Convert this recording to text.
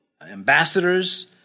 ambassadors